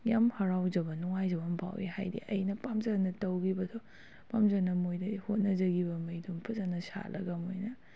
ꯌꯥꯝ ꯍꯔꯥꯎꯖꯕ ꯅꯨꯡꯉꯥꯏꯖꯕ ꯑꯃ ꯐꯥꯎꯋꯤ ꯍꯥꯏꯗꯤ ꯑꯩꯅ ꯄꯥꯝꯖꯅ ꯇꯧꯈꯤꯕꯗꯣ ꯄꯥꯝꯖꯅ ꯃꯣꯏꯗ ꯍꯣꯠꯅꯖꯈꯤꯕ ꯉꯩꯗꯣ ꯂꯩꯗꯣ ꯐꯖꯅ ꯁꯥꯠꯂꯒ ꯃꯣꯏꯅ